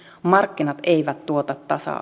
markkinat eivät tuota tasa